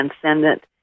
transcendent